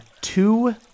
two